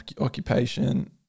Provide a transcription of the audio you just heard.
occupation